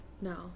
No